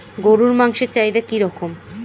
গরুর মাংসের চাহিদা কি রকম?